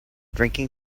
drinking